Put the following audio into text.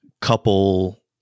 couple